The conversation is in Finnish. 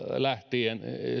lähtien